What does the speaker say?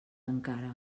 encara